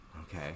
Okay